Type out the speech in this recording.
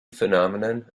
phenomenon